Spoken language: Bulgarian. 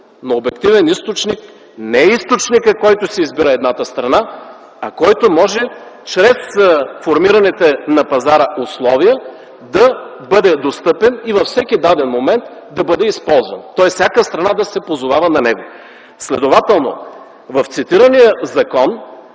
но обективен източник не е източникът, който си избира едната страна, а който може чрез формираните на пазара условия да бъде достъпен и във всеки даден момент да бъде използван”. Тоест всяка страна да се позовава на него. Следователно в цитирания закон